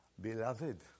Beloved